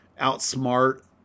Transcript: outsmart